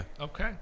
Okay